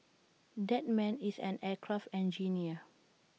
that man is an aircraft engineer